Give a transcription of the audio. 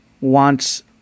wants